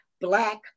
black